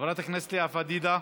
חברת הכנסת לאה פדידה,